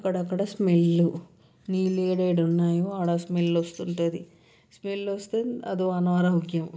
అక్కడక్కడ స్మెల్లు నీళ్లు ఏడాఏడ ఉన్నాయో ఆడ స్మెల్ వస్తు ఉంటుంది స్మెల్ వస్తే అదో అనారోగ్యం